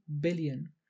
billion